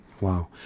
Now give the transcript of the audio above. Wow